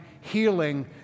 healing